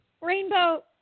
Rainbow